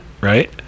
Right